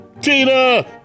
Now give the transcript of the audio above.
Tina